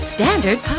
Standard